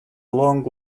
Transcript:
long